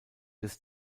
des